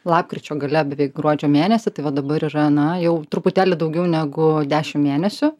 lapkričio gale beveik gruodžio mėnesį tai va dabar yra na jau truputėlį daugiau negu dešim mėnesių